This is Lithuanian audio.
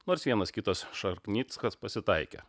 nors vienas kitas šarknickas pasitaikė